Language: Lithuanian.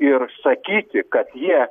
ir sakyti kad jie